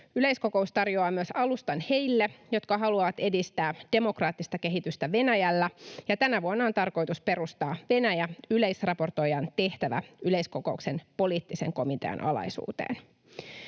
Yleiskokous tarjoaa myös alustan heille, jotka haluavat edistää demokraattista kehitystä Venäjällä, ja tänä vuonna on tarkoitus perustaa Venäjä-yleisraportoijan tehtävä yleiskokouksen poliittisen komitean alaisuuteen.